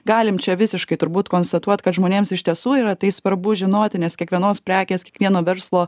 galim čia visiškai turbūt konstatuot kad žmonėms iš tiesų yra tai svarbu žinoti nes kiekvienos prekės kiekvieno verslo